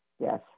yes